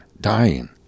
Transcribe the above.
Dying